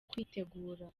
kwitegura